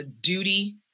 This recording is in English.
duty